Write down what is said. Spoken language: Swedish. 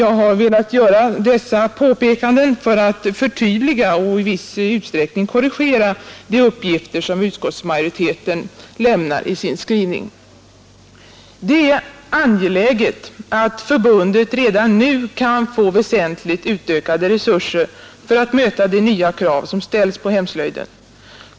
Jag har velat göra dessa påpekanden för att förtydliga och i viss utsträckning korrigera de uppgifter som utskottsmajoriteten lämnar i sin skrivning. Det är angeläget att förbundet redan nu kan få väsentligt utökade resurser för att möta de nya krav som ställs på hemslöjden.